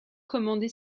commander